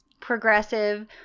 progressive